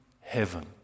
heaven